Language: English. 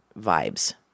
vibes